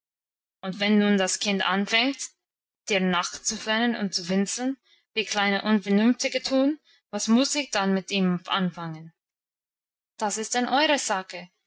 und wenn nun das kind anfängt dir nachzuflennen und zu winseln wie kleine unvernünftige tun was muss ich dann mit ihm anfangen das ist dann eure sache